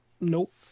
nope